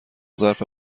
ظرف